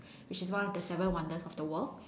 which is one of the seven wonders of the world